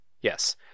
Yes